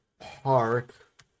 Park